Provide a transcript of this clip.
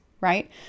right